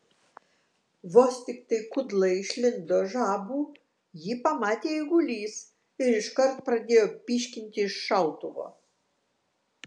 vos tiktai kudla išlindo žabų jį pamatė eigulys ir iškart pradėjo pyškinti iš šautuvo